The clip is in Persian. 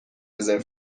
رزرو